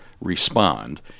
respond